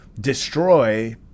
destroy